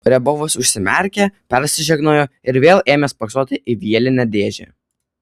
riabovas užsimerkė persižegnojo ir vėl ėmė spoksoti į vielinę dėžę